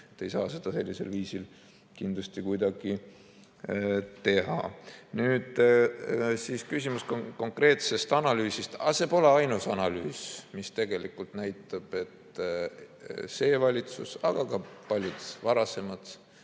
Ei saa seda sellisel viisil kindlasti teha. Nüüd küsimus konkreetse analüüsi kohta. See pole ainus analüüs, mis tegelikult näitab, et see valitsus ei oma ja ka paljud varasemad